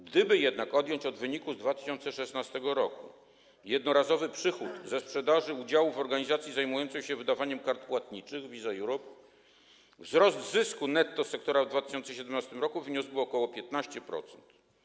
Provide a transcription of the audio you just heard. Gdyby jednak odjąć od wyniku z 2016 r. jednorazowy przychód ze sprzedaży udziałów organizacji zajmujących się wydawaniem kart płatniczych, Visa Europe, wzrost zysku netto sektora w 2017 r. wyniósłby ok. 15%.